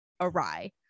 awry